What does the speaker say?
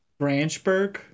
branchburg